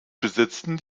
besitzen